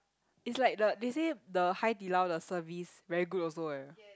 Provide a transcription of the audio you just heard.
it's like the they say the Hai-Di-Lao the service very good also eh